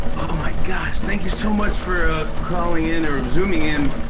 oh, my gosh! thank you so much for calling in, or zooming in.